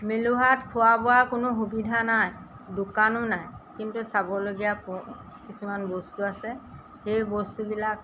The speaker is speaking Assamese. মেলোহাত খোৱা বোৱা কোনো সুবিধা নাই দোকানো নাই কিন্তু চাবলগীয়া ব কিছুমান বস্তু আছে সেই বস্তুবিলাক